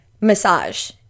massage